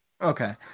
Okay